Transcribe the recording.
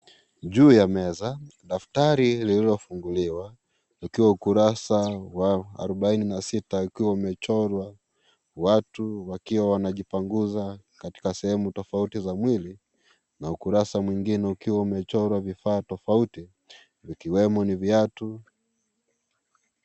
Juu ya meza, daftari lililofunguliwa, ikiwa ukurasa wa arobaini na sita ikiwa umechorwa watu wakiwa wanajipanguza katika sehemu tofauti za mwili na ukurasa mwingine ukiwa umechorwa vifaa tofauti, zikiwemo ni viatu.